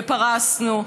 ופרסנו,